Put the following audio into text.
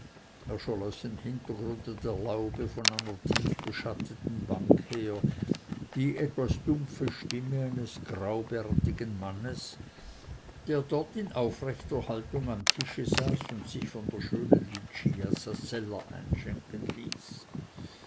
hintergrunde der laube von einer tief beschatteten bank her die etwas dumpfe stimme eines graubärtigen mannes der dort in aufrechter haltung am tische saß und sich von der schönen lucia sasseller einschenken ließ